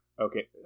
Okay